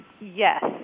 Yes